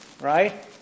Right